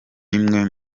imwe